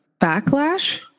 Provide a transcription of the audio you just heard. backlash